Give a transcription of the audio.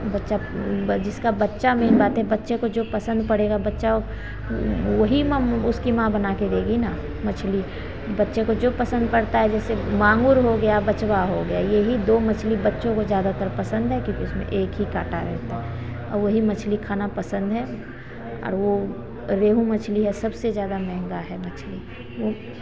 बच्चा जिसका बच्चा मेन बात है बच्चे को जो पसंद पड़ेगा बच्चा वही ना उसकी माँ बना के देगी न मछली बच्चे को जो पसंद पड़ता है जैसे मांगुर हो गया बचवा हो गया यह ही दो मछली बच्चों को ज्यादातर पसंद है क्योंकि उसमें एक हीं काँटा रहता है और वही मछली खाना पसंद है और वह रेहू मछली है सबसे ज़्यादा महँगा है मछली वह